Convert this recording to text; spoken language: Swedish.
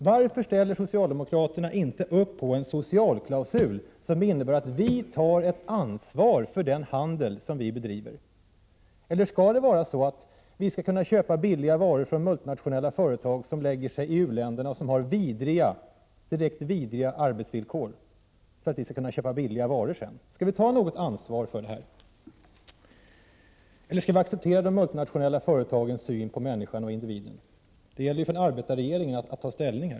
Varför ställer inte socialdemokraterna upp på en socialklausul, som innebär att vi tar ansvar för den handel som vi bedriver? Eller skall det vara så, att vi skall kunna köpa billiga varor från multinationella företag som förlagts till u-länderna och som har direkt vidriga arbetsvillkor? Skall vi ta något ansvar härvidlag, eller skall vi acceptera de multinationella företagens syn på människan? Det gäller för en arbetarregering att ta ställning.